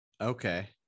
Okay